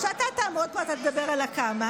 כשאתה תעמוד פה אתה תדבר על כמה.